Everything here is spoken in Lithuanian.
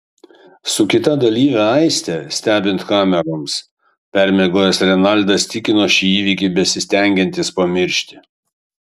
su kita dalyve aiste stebint kameroms permiegojęs renaldas tikino šį įvykį besistengiantis pamiršti